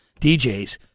DJs